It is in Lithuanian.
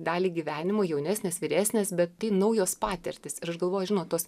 dalį gyvenimo jaunesnis vyresnis bet tai naujos patirtys ir aš galvoju žinot tos